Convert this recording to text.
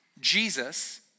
Jesus